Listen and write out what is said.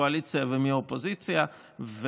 מהקואליציה ומהאופוזיציה.